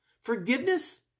forgiveness